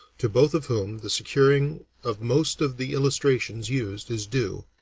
to both of whom the securing of most of the illustrations used is due,